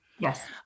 Yes